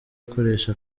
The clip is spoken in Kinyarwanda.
akoresha